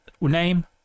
name